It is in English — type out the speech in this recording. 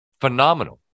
phenomenal